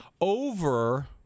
over